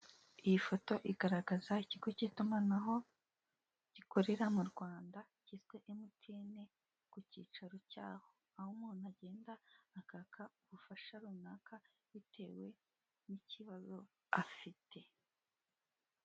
Iyi foto igaragaza ikigo k'itumanaho gikorera mu Rwanda kitwa Mtn ku kicaro cyaho. Aho umuntu agenda akaka ubufasha runaka bitewe n'ikibazo afite.